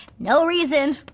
no reason,